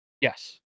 Yes